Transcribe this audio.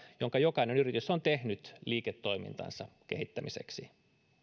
jonka jokainen yritys on tehnyt liiketoimintansa kehittämiseksi